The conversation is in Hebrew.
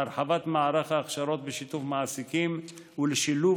להרחבת מערך ההכשרות בשיתוף מעסיקים ולשילוב